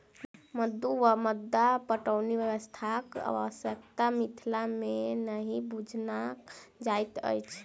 मद्दु वा मद्दा पटौनी व्यवस्थाक आवश्यता मिथिला मे नहि बुझना जाइत अछि